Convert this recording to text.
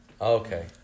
Okay